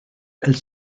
elles